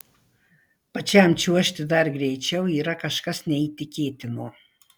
pačiam čiuožti dar greičiau yra kažkas neįtikėtino